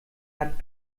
hat